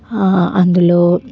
అందులో